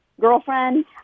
girlfriend